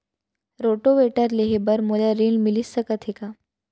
Rotavator लेहे बर मोला ऋण मिलिस सकत हे का?